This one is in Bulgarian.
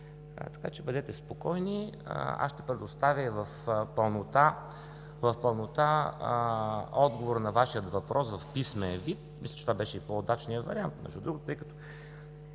Така че бъдете спокойни. Аз ще предоставя в пълнота отговора на Вашия въпрос в писмен вид, мисля, че това беше по-удачният вариант, между другото,